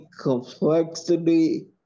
complexity